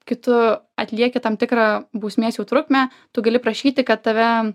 kai tu atlieki tam tikrą bausmės jau trukmę tu gali prašyti kad tave